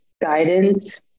guidance